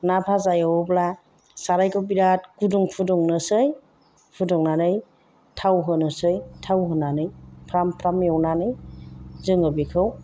ना भाजा एवोब्ला सारायखौ बिराद गुदुं फुदुंनोसै फुदुंनानै थाव होनोसै थाव होनानै फ्राम फ्राम एवनानै जोङो बेखौ